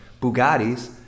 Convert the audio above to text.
Bugattis